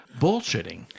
bullshitting